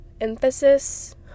emphasis